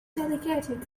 delegated